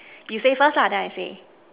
you say first lah then I say